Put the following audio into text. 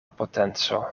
potenco